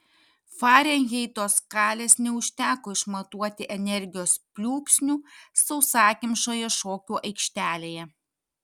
farenheito skalės neužteko išmatuoti energijos pliūpsnių sausakimšoje šokių aikštelėje